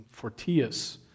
fortius